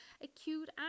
acute